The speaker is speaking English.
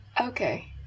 okay